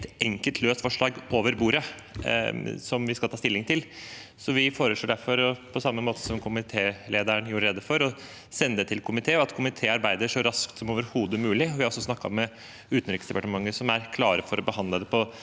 enkelt løst forslag over bordet som vi skal ta stilling til. Vi foreslår derfor, på samme måte som komitélederen gjorde rede for, å sende forslaget til komité, og at komiteen arbeider så raskt som overhodet mulig. Vi har også snakket med Utenriksdepartementet, som er klare for å behandle det på